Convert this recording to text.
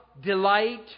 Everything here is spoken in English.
delight